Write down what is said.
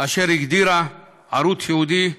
אשר הגדיר ערוץ ייעודי.